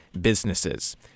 businesses